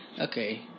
Okay